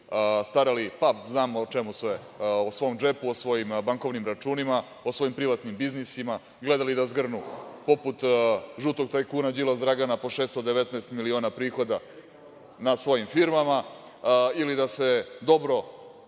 starali, pa, znamo o čemu sve, o svom džepu, o svojim bankovnim računima, o svojim privatnim biznisima, gledali da zgrnu, poput žutog tajkuna Đilas Dragana po 619 miliona prihoda na svojim firmama, ili da se dobro